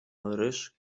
ryż